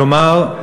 כלומר,